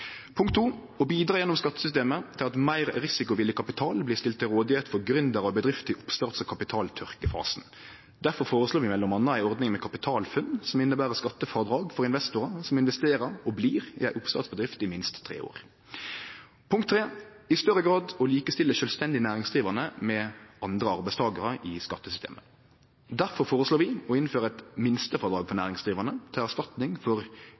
Punkt 2: å bidra gjennom skattesystemet til at meir risikovillig kapital blir stilt til rådigheit for gründerar av bedrifter i oppstarts- og kapitaltørkefasen. Derfor føreslår vi m.a. ei ordning med KapitalFUNN, som inneber skattefrådrag for investorar som investerer og blir i ei oppstartsbedrift i minst tre år. Punkt 3: i større grad å likestille sjølvstendig næringsdrivande med andre arbeidstakarar i skattesystemet. Derfor føreslår vi å innføre eit minstefrådrag for næringsdrivande til erstatning for